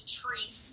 treat